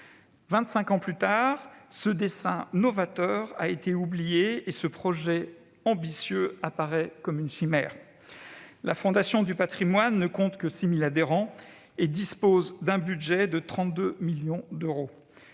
ans plus tard, ce dessein novateur a été oublié et ce projet ambitieux apparaît comme une chimère. La Fondation du patrimoine ne compte que 6 000 adhérents et dispose d'un budget de 32 millions d'euros.